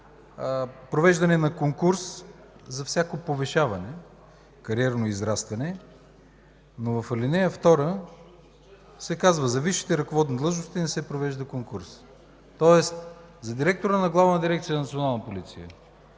провеждане на конкурс за всяко повишаване, кариерно израстване, но в ал. 2 се казва: „За висшите ръководни длъжности не се провежда конкурс”. Тоест за директора на Главна дирекция „Национална полиция”,